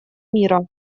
мира